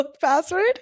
password